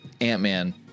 Ant-Man